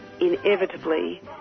inevitably